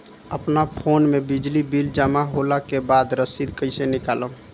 अपना फोन मे बिजली बिल जमा होला के बाद रसीद कैसे निकालम?